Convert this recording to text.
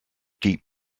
deep